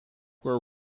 were